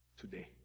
today